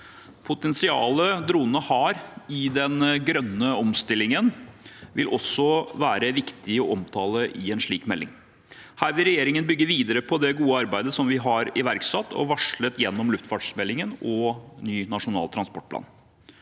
Potensialet dronene har i den grønne omstillingen, vil også være viktig å omtale i en slik melding. Her vil regjeringen bygge videre på det gode arbeidet vi har iverksatt og varslet gjennom luftfartsmeldingen og ny Nasjonal transportplan.